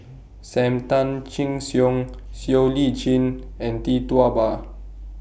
SAM Tan Chin Siong Siow Lee Chin and Tee Tua Ba